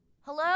Hello